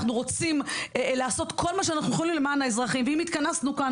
אנחנו רוצים לעשות כל מה שאנחנו יכולים למען האזרחים ואם התכנסנו כאן